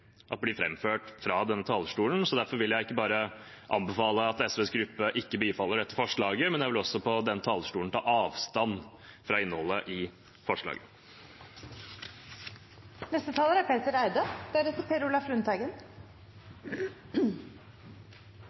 ikke bare anbefale at SVs gruppe ikke bifaller dette forslaget, men jeg vil også på denne talerstolen ta avstand fra innholdet i